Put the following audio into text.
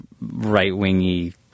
right-wingy